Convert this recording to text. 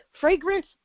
fragrance